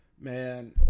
Man